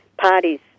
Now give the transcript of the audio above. parties